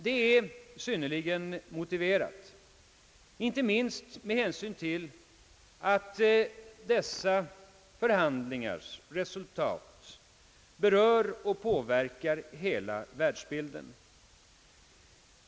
Det är synnerligen motiverat, inte minst med hänsyn till att dessa förhandlingars resultat berör och påverkar hela världsbilden.